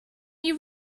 you